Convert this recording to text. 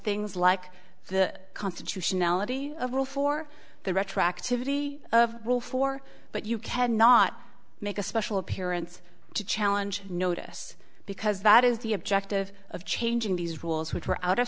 things like the constitutionality of rule for the retroactivity of rule four but you cannot make a special appearance to challenge notice because that is the objective of changing these rules which are out